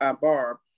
Barb